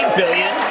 billion